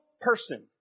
person